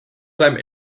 seinem